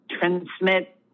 transmit